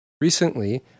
Recently